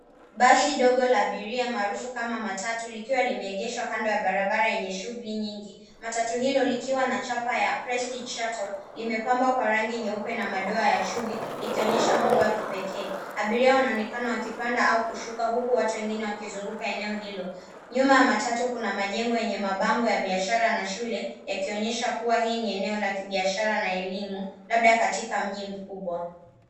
Basi dogo la abiria maarufu kama matatu likiwa limeegeshwa kando ya barabara yenye shughuli nyingi. Matatu hilo ikiwa na chapa ya Prestige Shuttle limepambwa kwa rangi nyeupe na madoa ya chui likionyesha muundo wa kipekee. Abiria wanaonekana wakipanda au kushuka huku watu wengine wakizunguka eneo hilo. Nyuma ya matatu kuna majengo yenye mabango ya biashara na shule yakionyesha kuwa hii ni eneo la kibiashara na elimu labda katika mji mkubwa.